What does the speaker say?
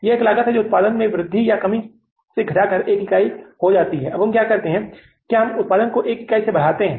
यह एक लागत है जो उत्पादन में वृद्धि या कमी से घटकर एक इकाई हो जाती है अब हम क्या करते हैं क्या हम उत्पादन को एक इकाई से बढ़ाते हैं